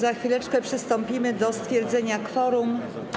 Za chwileczkę przystąpimy do stwierdzenia kworum.